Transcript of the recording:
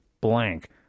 blank